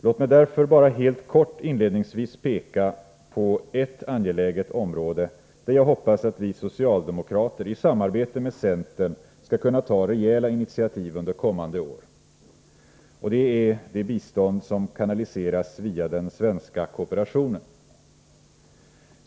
Låt mig därför bara helt kort inledningsvis peka på ett angeläget område där jag hoppas att vi socialdemokrater i samarbete med centern skall kunna ta rejäla initiativ under kommande år. Det är det bistånd som kanaliseras via den svenska kooperationen.